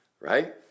right